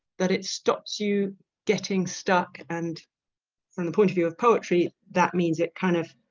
that it stops you getting stuck and from the point of view of poetry that means it kind of